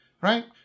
right